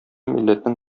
милләтнең